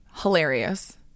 hilarious